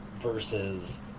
versus